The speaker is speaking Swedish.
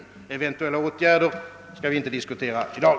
Eventuella åtgärder skall inte diskuteras i dag.